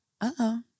Uh-oh